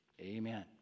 Amen